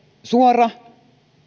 suora